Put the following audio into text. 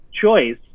choice